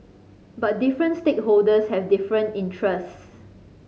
but different stakeholders have different interests